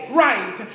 right